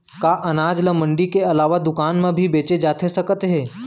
का अनाज ल मंडी के अलावा दुकान म भी बेचे जाथे सकत हे?